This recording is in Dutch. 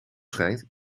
schijnt